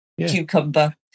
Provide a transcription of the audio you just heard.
Cucumber